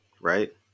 right